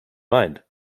mind